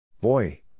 Boy